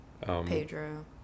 Pedro